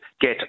get